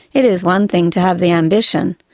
it is one thing to have the ambition,